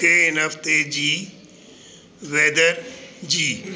मूंखे हिन हफ़्ते जी वेदर जी